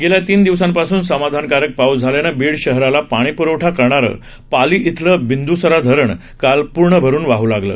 गेल्या तीन दिवसांपासून समाधानकारक पाऊस झाल्यानं बीड शहराला पाणीप्रवठा करणारं पाली इथलं बिंदुसरा धरण काल पूर्ण भरून वाह लागलं